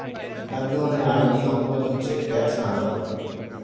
এক ধরনের আইনি অপরাধ হচ্ছে ট্যাক্স না দেওয়া